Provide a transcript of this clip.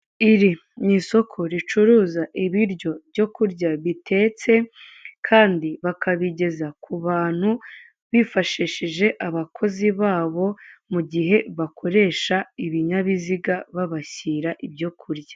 Iri ni isoko ricuruza ibiryo byo kurya bitetse kandi bakabigeza ku bantu bifashhishije abakozi babo mu gihe bakoresha ibinyabiziga babashyira ibyo kurya.